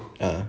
ah